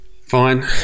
Fine